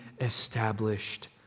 established